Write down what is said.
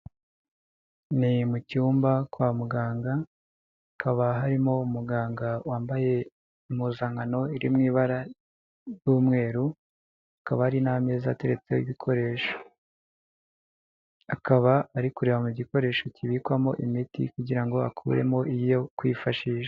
Ni mu cyumba kwa muganga hakaba harimo umuganga wambaye impuzankano iri mu ibara ry'umweru, hakaba hari n'ameza ateretsesho ibikoresho. Akaba ari kureba mu gikoresho kibikwamo imiti kugira ngo akuremo iyo kwifashisha.